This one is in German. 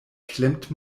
klemmt